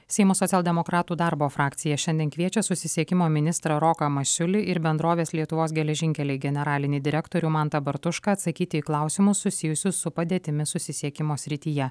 seimo socialdemokratų darbo frakcija šiandien kviečia susisiekimo ministrą roką masiulį ir bendrovės lietuvos geležinkeliai generalinį direktorių mantą bartušką atsakyti į klausimus susijusius su padėtimi susisiekimo srityje